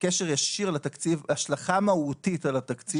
קשר ישיר לתקציב והשלכה מהותית על התקציב,